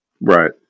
Right